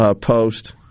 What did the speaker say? post